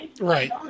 Right